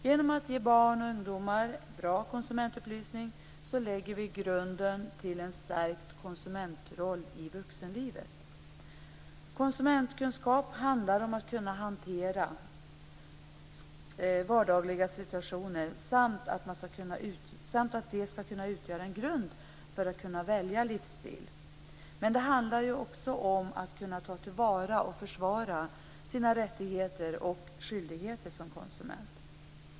Genom att ge barn och ungdomar bra konsumentupplysning lägger vi grunden till en stärkt konsumentroll i vuxenlivet. Konsumentkunskap handlar om att kunna hantera vardagliga situationer samt att utgöra en grund som man kan välja livsstil utifrån. Men det handlar också om att kunna ta till vara och försvara sina rättigheter och skyldigheter som konsument.